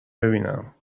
ببینم